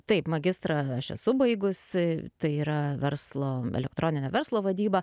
taip magistrą aš esu baigus tai yra verslo elektroninė verslo vadyba